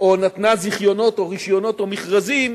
או נתנה זיכיונות או רשיונות או מכרזים,